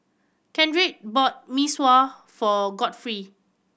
Kendrick bought Mee Sua for Godfrey